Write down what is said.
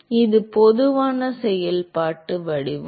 எனவே இது பொதுவான செயல்பாட்டு வடிவம்